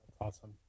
Awesome